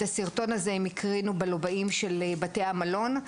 את הסרטון הם הקרינו בלובי של בתי מלון,